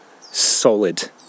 solid